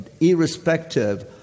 irrespective